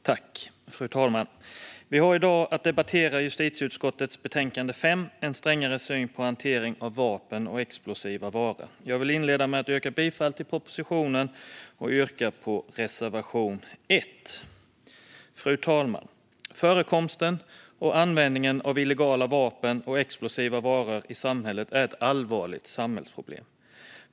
Fru talman! Vi har i dag att debattera justitieutskottets betänkande 5 En strängare syn på hantering av vapen och explosiva varor . Jag vill inleda med att yrka bifall till propositionen och yrka bifall till reservation 1. Fru talman! Förekomsten och användningen av illegala vapen och explosiva varor i samhället är ett allvarligt samhällsproblem.